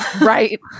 Right